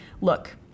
look